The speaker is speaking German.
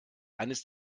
eines